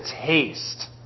taste